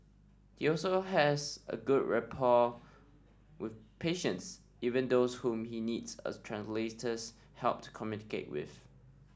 he also has a good rapport with patients even those whom he needs a translator's help to communicate with